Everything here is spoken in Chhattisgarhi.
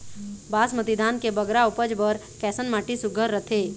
बासमती धान के बगरा उपज बर कैसन माटी सुघ्घर रथे?